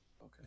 Okay